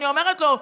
אני אומרת לו: